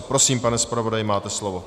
Prosím, pane zpravodaji, máte slovo.